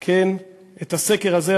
את הסקר הזה,